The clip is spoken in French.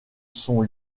sont